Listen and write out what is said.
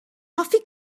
hoffi